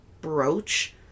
brooch